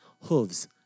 Hooves